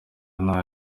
nta